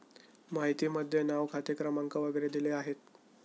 माहितीमध्ये नाव खाते क्रमांक वगैरे दिले आहेत